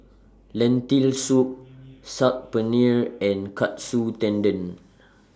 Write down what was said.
Lentil Soup Saag Paneer and Katsu Tendon